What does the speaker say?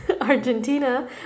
Argentina